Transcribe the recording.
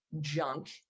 junk